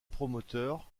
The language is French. promoteur